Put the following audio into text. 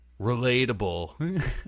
relatable